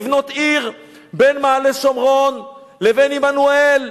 לבנות עיר בין מעלה-שומרון לבין עמנואל,